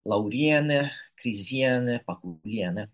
laurienė krizienė pakulienė